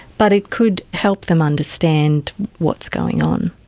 but it could help them understand what's going on.